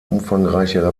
umfangreiche